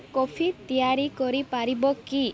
coffee ତିଆରି କରିପାରିବ କି